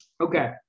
okay